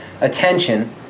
attention